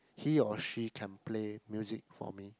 he or she can play music for me